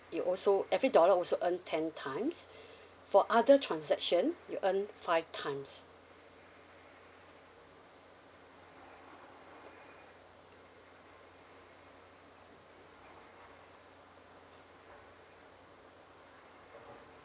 you also every dollar also earn ten times for other transaction you earn five times